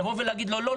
לבוא ולהגיד לו 'לא,